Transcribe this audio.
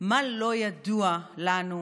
מה לא ידוע לנו,